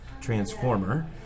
transformer